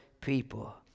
people